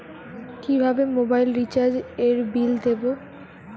কিভাবে মোবাইল রিচার্যএর বিল দেবো?